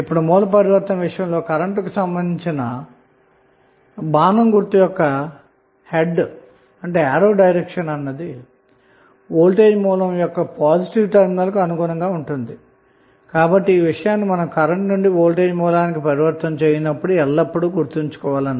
ఇప్పుడు source transformation విషయంలో current కు సంబంధించిన బాణం గుర్తు యొక్క తల అన్నది వోల్టేజ్ సోర్స్ యొక్క పాజిటివ్టెర్మినల్కు అనుగుణంగా ఉంటుంది కాబట్టి ఈ విషయాన్ని మనం కరెంట్ నుండి వోల్టేజ్ సోర్స్ కి ట్రాన్సఫార్మషన్ చేయునప్పుడు గుర్తుంచుకోవాలి